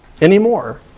anymore